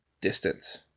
distance